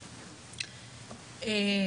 פלי,